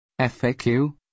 FAQ